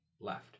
left